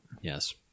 Yes